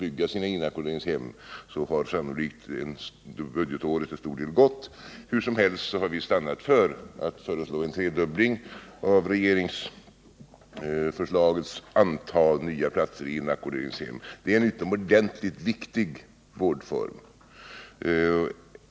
bygga sina inackorderingshem, har sannolikt en stor del av budgetåret gått. Hur som helst har vi stannat för att föreslå en tredubbling av regeringsförslagets antal nya platser i inackorderingshem. Detta är en utomordentligt viktig vårdform.